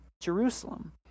Jerusalem